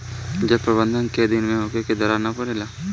जल प्रबंधन केय दिन में होखे कि दरार न परेला?